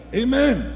amen